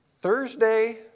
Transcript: Thursday